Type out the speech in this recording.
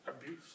abuse